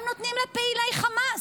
הם נותנים לפעילי חמאס.